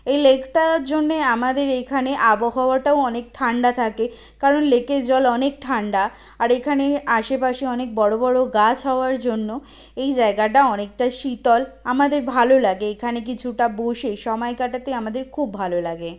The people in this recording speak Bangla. এই লেকটার জন্যে আমাদের এইখানে আবহাওয়াটাও অনেক ঠান্ডা থাকে কারণ লেকে জল অনেক ঠান্ডা আর এইখানে আশেপাশে অনেক বড় বড় গাছ হওয়ার জন্য এই জায়গাটা অনেকটা শীতল আমাদের ভালো লাগে এইখানে কিছুটা বসে সময় কাটাতে আমাদের খুব ভালো লাগে